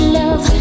love